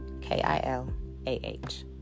K-I-L-A-H